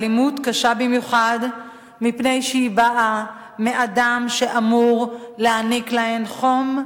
האלימות קשה במיוחד מפני שהיא באה מאדם שאמור להעניק להן חום,